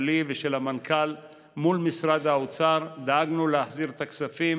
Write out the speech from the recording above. שלי ושל המנכ"ל מול משרד האוצר דאגנו להחזיר את הכספים